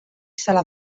sala